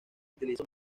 utiliza